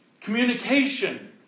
communication